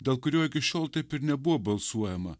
dėl kurio iki šiol taip ir nebuvo balsuojama